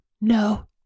No